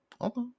okay